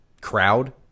crowd